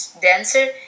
dancer